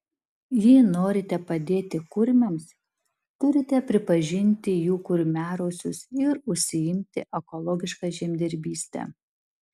jei norite padėti kurmiams turite pripažinti jų kurmiarausius ir užsiimti ekologiška žemdirbyste